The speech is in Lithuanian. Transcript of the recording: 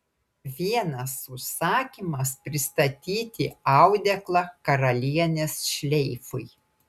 vienas užsakymas pristatyti audeklą karalienės šleifui